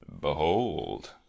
Behold